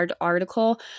article